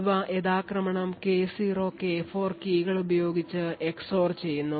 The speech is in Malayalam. ഇവ യഥാക്രമം K0 K4 കീകൾ ഉപയോഗിച്ച് xor ചെയ്യുന്നു